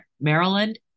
Maryland